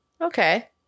Okay